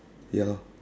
ya lor